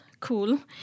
Cool